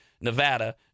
Nevada